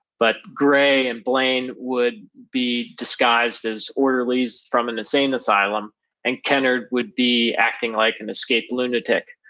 but gray and blaine would be disguised as orderlies from an insane asylum and kenard would be acting like an escaped lunatic,